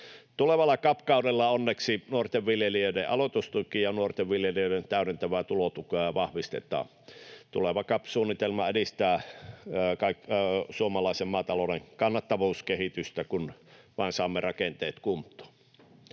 Tulevalla CAP-kaudella onneksi nuorten viljelijöiden aloitustukea ja nuorten viljelijöiden täydentävää tulotukea vahvistetaan. Tuleva CAP-suunnitelma edistää suomalaisen maatalouden kannattavuuskehitystä, kun vain saamme rakenteet kuntoon.